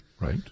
Right